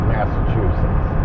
Massachusetts